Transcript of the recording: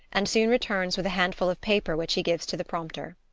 and soon returns with a handful of paper which he gives to the prompter.